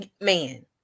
Man